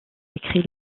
écrit